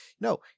No